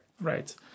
Right